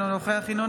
אינו נוכח ינון